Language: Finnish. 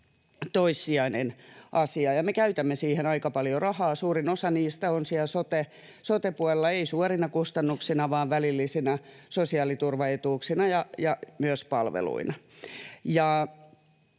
toissijainen asia, ja me käytämme siihen aika paljon rahaa. Suurin osa niistä on siellä sote-puolella, ei suorina kustannuksina vaan välillisinä sosiaaliturvaetuuksina ja myös palveluina.